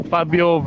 Fabio